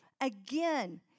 Again